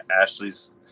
Ashley's